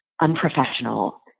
unprofessional